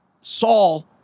Saul